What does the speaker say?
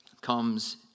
comes